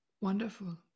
Wonderful